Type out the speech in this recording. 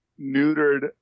neutered